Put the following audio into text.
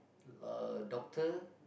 uh doctor